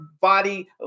body